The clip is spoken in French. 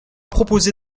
proposé